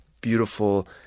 beautiful